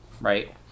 right